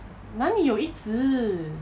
哪里有一直